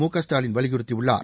முகஸ்டாலின் வலியுறுத்தியுள்ளார்